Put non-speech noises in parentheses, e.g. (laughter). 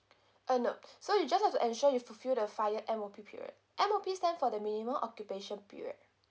uh nope (breath) so you just have to ensure you fulfill the five year M_O_P period M_O_P stand for the minimum occupation period